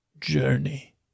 journey